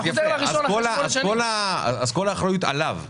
אז כל האחריות עליו.